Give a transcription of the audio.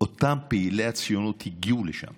אותם פעילי ציונות הגיעו לשם